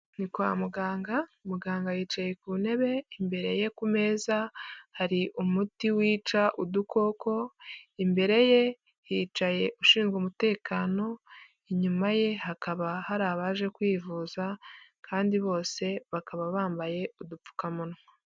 Ni kwa muganga , muganga yicaye ku ntebe imbere ye ku meza hari umuti wica udukoko imbere ye hicaye ushinzwe umutekano inyuma ye hakaba hari abaje kwivuza kandi bose bakaba bambaye udupfukamunwa.